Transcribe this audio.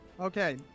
Okay